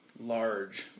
Large